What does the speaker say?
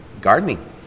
gardening